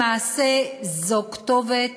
למעשה זאת כתובת